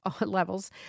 levels